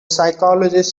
psychologist